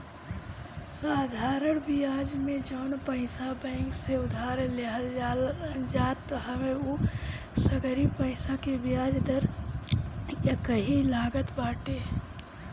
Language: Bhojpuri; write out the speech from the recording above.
साधरण बियाज में जवन पईसा बैंक से उधार लेहल जात हवे उ सगरी पईसा के बियाज दर एकही लागत बाटे